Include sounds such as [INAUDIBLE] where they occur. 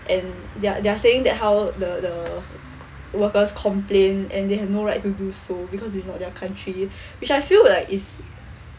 and they're they're saying that how the the workers complain and they have no right to do so because this is not their country [BREATH] which I feel like is